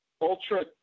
ultra